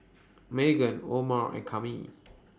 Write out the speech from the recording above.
Meaghan Omer and Kami